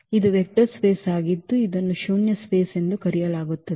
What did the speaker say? ಇದು vector space ಆಗಿದ್ದು ಇದನ್ನು ಶೂನ್ಯ ಸ್ಪೇಸ್ ಎಂದು ಕರೆಯಲಾಗುತ್ತದೆ